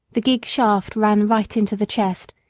the gig shaft ran right into the chest,